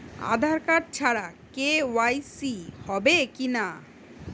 আধার card ছাড়া KYC হবে কিনা?